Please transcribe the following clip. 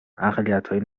اقلیتهای